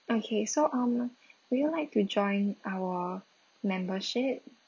okay so um will you like to join our membership